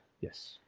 yes